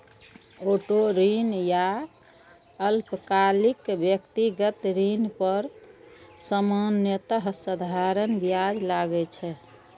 auto ऋण या अल्पकालिक व्यक्तिगत ऋण पर सामान्यतः साधारण ब्याज लागै छै